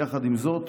יחד עם זאת,